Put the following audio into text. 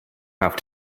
have